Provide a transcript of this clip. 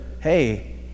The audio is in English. hey